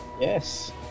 Yes